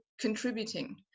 contributing